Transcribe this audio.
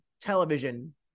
television